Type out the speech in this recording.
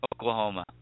Oklahoma